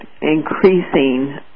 increasing